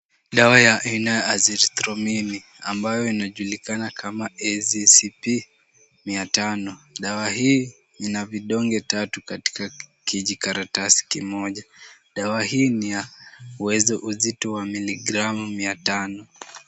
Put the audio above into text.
Dawa ya aina ya Azithromycin ambayo inajulikana kama Azicip-500. Dawa hii ina vidonge tatu katika kijikaratasi kimoja. Dawa hii ni ya uzito wa miligramu mia tano.